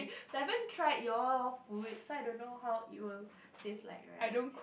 haven't tried your food so I don't know how it will taste like right